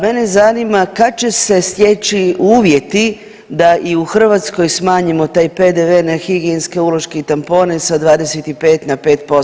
Mene zanima kad će se steći uvjeti da i u Hrvatskoj smanjimo taj PDV na higijenske uloške i tampone sa 25 na 5%